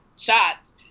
shots